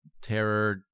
Terror